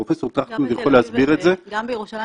פרופ' טרכטנברג יכול להסביר את זה --- גם בירושלים